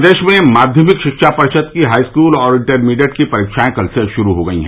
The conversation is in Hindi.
प्रदेश में माध्यमिक शिक्षा परिषद की हाईस्कूल और इंटरमीडिएट की परीक्षाएं कल से शुरू हो गई हैं